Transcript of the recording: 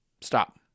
Stop